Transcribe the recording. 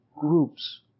groups